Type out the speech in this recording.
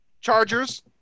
Chargers